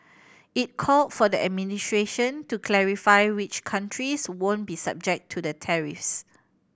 it called for the administration to clarify which countries won't be subject to the tariffs